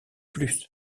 plus